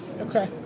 Okay